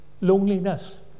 Loneliness